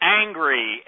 angry